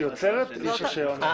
יש רישיון.